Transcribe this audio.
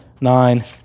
nine